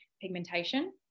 pigmentation